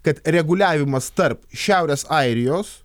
kad reguliavimas tarp šiaurės airijos